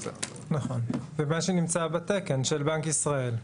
נכון, ומה שנמצא בתקן של בנק ישראל,